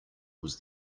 was